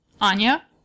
Anya